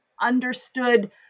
understood